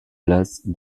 place